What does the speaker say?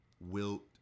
Wilt